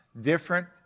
different